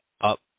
up